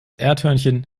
erdhörnchen